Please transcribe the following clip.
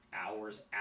hours